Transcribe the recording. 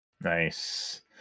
Nice